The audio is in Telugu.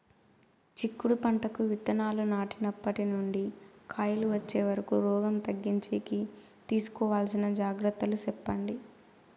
చిక్కుడు పంటకు విత్తనాలు నాటినప్పటి నుండి కాయలు వచ్చే వరకు రోగం తగ్గించేకి తీసుకోవాల్సిన జాగ్రత్తలు చెప్పండి?